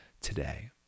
today